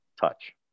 touch